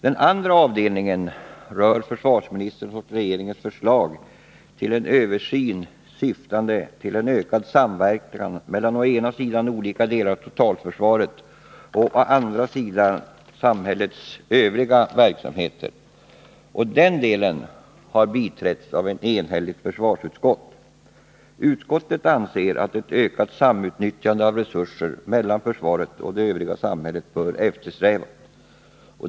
Den andra avdelningen rör försvarsministerns och regeringens förslag till en översyn syftande till en ökad samverkan mellan å ena sidan olika delar av totalförsvaret och å andra sidan samhällets övriga verksamheter. Den delen har biträtts av ett enhälligt försvarsutskott. Utskottet anser att ”ett ökat samutnyttjande av resurser mellan försvaret och det övriga samhället bör eftersträvas”.